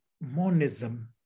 monism